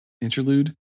interlude